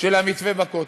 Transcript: של המתווה בכותל,